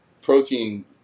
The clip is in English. protein